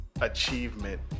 achievement